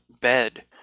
bed